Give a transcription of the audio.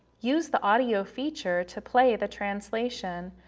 use the audio feature to play the translation,